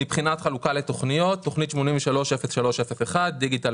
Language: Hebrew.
מבחינת חלוקה לתכניות: תכנית 830301 דיגיטל